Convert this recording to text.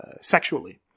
sexually